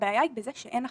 הבעיה היא בזה שאין החלטה,